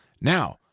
Now